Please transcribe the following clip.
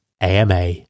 AMA